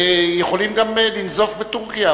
יכולים גם לנזוף בטורקיה,